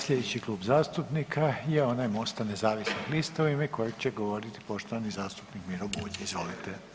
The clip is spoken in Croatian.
Slijedeći Klub zastupnika je onaj MOST-a nezavisnih lista u ime kojeg će govoriti poštovani zastupnik Miro Bulj, izvolite.